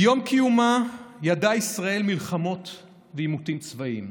מיום קיומה ידעה ישראל מלחמות ועימותים צבאיים.